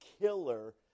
killer